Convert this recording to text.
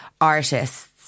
artists